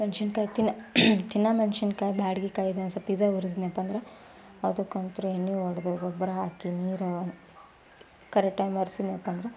ಮೆಣ್ಸಿನಕಾಯಿ ತಿನ್ನೋ ತಿನ್ನೋ ಮೆಣ್ಸಿನಕಾಯಿ ಬ್ಯಾಡಗಿ ಕಾಯನ್ನ ಸ್ವಲ್ಪ್ ಪಿಜಾಗ ಒರ್ಸಿದ್ನಪ್ಪ ಅಂದ್ರೆ ಅದಕ್ಕಂತು ಎಣ್ಣೆ ಹೊಡೆದು ಗೊಬ್ಬರ ಹಾಕಿ ನೀರು ಕರೆಕ್ಟ್ ಟೈಮ್ ಒರ್ಸಿದ್ನಪ್ಪ ಅಂದ್ರೆ